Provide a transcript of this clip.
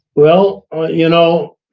well you know,